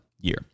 year